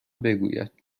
بگوید